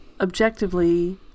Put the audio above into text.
Objectively